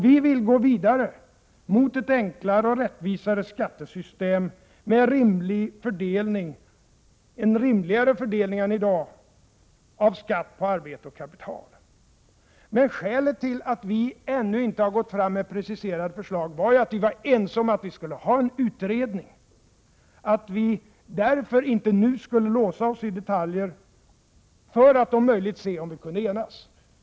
Vi vill gå vidare mot ett enklare och rättvisare skattesystem med er rimligare fördelning än i dag av skatt på arbete och kapital. Skälet till att v ännu inte har gått fram med preciserade, konkreta förslag är att vi har vari: ense om att vi skulle ha en utredning och att vi därför inte nu skulle låsa oss detaljer för att om möjligt se, om vi kunde enas.